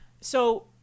So-